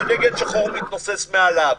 שדגל שחור מתנוסס מעליו.